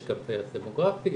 יש גם שינוי דמוגרפי,